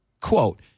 Quote